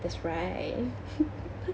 that's right